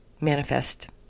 manifest